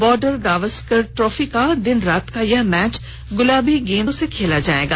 border Gavaskar trophy का दिन रात का यह मैच गुलाबी गेंद से खेला जायेगा